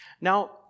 Now